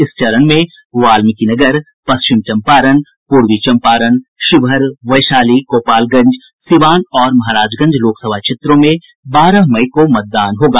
इस चरण में बाल्मीकीनगर पश्चिम चम्पारण पूर्वी चम्पारण शिवहर वैशाली गोपालगंज सीवान और महराजगंज लोकसभा क्षेत्रों में बारह मई को मतदान होगा